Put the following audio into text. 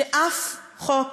שאף חוק